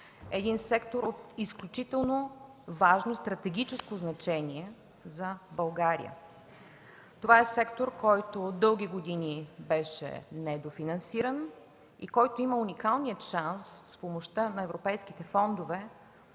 един сектор от изключително важно стратегическо значение за България. Това е сектор, който дълги години беше недофинансиран и който има уникалния шанс с помощта на европейските фондове